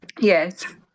Yes